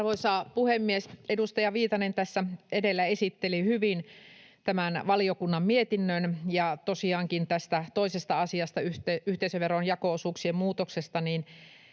Arvoisa puhemies! Edustaja Viitanen tässä edellä esitteli hyvin tämän valiokunnan mietinnön, ja tosiaankaan tähän toiseen asiaan, yhteisöveron jako-osuuksien muutokseen,